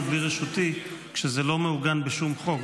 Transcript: בלי רשותי כשזה לא מעוגן בשום חוק?